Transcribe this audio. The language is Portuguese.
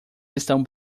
estão